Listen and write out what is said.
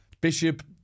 Bishop